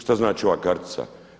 Šta znači ova kartica?